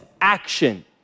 action